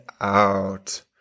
out